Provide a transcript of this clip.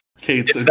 Kate's